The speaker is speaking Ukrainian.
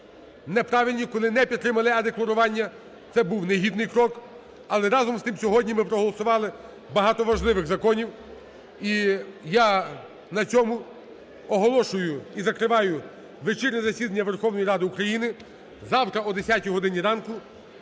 неправильні, коли не підтримали е-декларування, це був негідний крок. Але, разом з тим, сьогодні ми проголосували багато важливих законів. І я на цьому оголошую і закриваю вечірнє засідання Верховної Ради України. Завтра о 10-й годині ранку